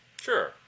Sure